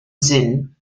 sinn